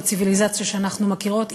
בציוויליזציה שאנחנו מכירות,